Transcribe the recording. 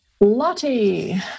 Lottie